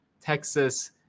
Texas